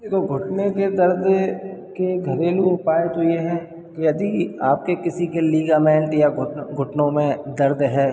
यह तो घुटने के दर्द के घरेलू उपाय तो यह हैं कि यदि आपके किसी के लीगामेंट या घुटनों में दर्द है